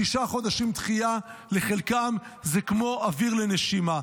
שישה חודשים דחייה לחלקם זה כמו אוויר לנשימה.